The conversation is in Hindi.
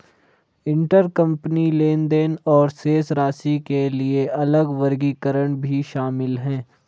इंटरकंपनी लेनदेन और शेष राशि के लिए अलग वर्गीकरण भी शामिल हैं